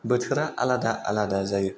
बोथोरा आलादा आलादा जायो